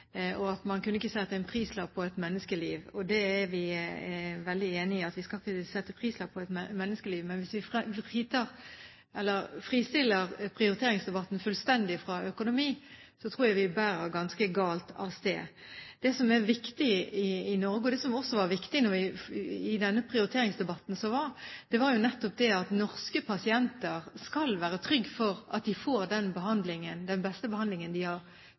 og at man ikke kunne sette en prislapp på et menneskeliv. Det er vi veldig enige i, vi skal ikke sette en prislapp på et menneskeliv. Men hvis vi fristiller prioriteringsdebatten fullstendig fra økonomi, tror jeg det bærer ganske galt av sted. Det som er viktig i Norge, og det som også var viktig i den prioriteringsdebatten som var, er nettopp det at norske pasienter skal være trygge på at de får den beste behandlingen de har